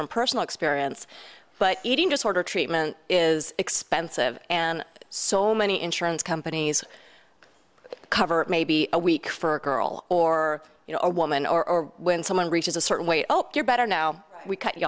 from personal experience but eating disorder treatment is expensive and so many insurance companies cover maybe a week for a girl or you know a woman or when someone reaches a certain way up here better now we cut you